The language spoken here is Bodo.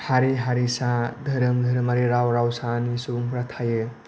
हारि हारिसा धोरोम धोरोमारि राव रावसानि सुबुंफोरा थायो